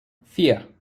vier